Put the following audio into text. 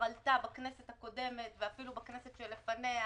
עלתה בכנסת הקודמת ואפילו בכנסת שלפניה,